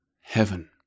heaven